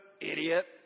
idiot